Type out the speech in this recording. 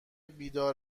بیدار